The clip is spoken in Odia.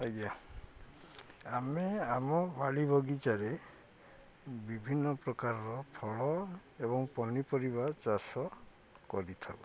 ଆଜ୍ଞା ଆମେ ଆମ ବାଡ଼ି ବଗିଚାରେ ବିଭିନ୍ନ ପ୍ରକାରର ଫଳ ଏବଂ ପନିପରିବା ଚାଷ କରିଥାଉ